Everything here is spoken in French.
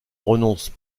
renonce